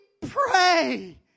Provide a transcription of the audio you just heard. Pray